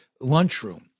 lunchroom